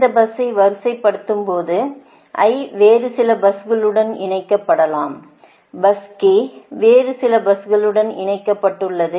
இந்த பஸ்ஸை வரிசைப்படுத்தும்போது I வேறு சில பஸ்களுடன் இணைக்கப்படலாம் பஸ் K வேறு சில பஸ்களுடன் இணைக்கப்பட்டுள்ளது